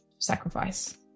sacrifice